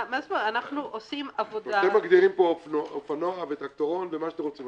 אתם מגדירים פה אופנוע וטרקטורון ומה שאתם רוצים.